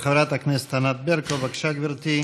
חברת הכנסת ענת ברקו, בבקשה, גברתי.